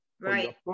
Right